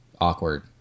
awkward